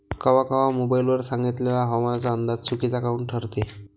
कवा कवा मोबाईल वर सांगितलेला हवामानाचा अंदाज चुकीचा काऊन ठरते?